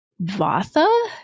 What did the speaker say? Vatha